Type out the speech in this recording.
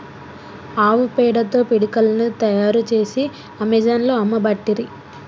ఆవు పేడతో పిడికలను తాయారు చేసి అమెజాన్లో అమ్మబట్టిరి